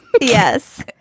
yes